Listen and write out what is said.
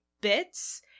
bits